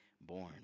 born